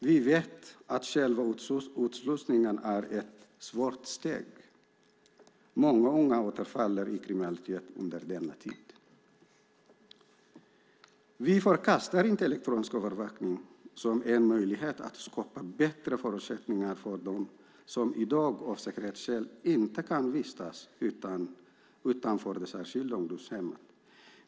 Vi vet att själva utslussningen är ett svårt steg. Många unga återfaller i kriminalitet under denna tid. Vi förkastar inte elektronisk övervakning som en möjlighet att skapa bättre förutsättningar för dem som i dag av säkerhetsskäl inte kan vistas utanför det särskilda ungdomshemmet.